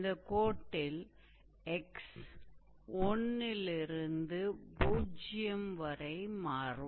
இந்தக் கோட்டில் 𝑥 1 இல் இருந்து பூஜ்யம் வரை மாறும்